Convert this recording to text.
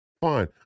Fine